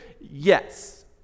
yes